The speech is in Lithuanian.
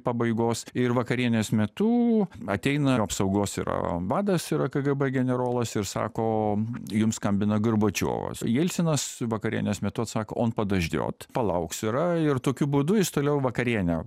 pabaigos ir vakarienės metu ateina ir apsaugos yra vadas yra kgb generolas ir sako jums skambina gorbačiovas jelcinas vakarienes metu atsako on padaždiot palauksi yra ir tokiu būdu jis toliau vakarienę